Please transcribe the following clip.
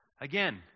again